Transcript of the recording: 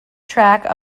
track